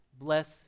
bless